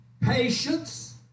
patience